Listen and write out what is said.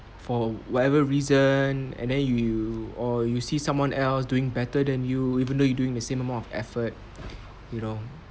for whatever reason and then you you or you see someone else doing better than you even though you're doing the same amount of effort you know